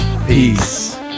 Peace